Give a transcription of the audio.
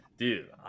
Dude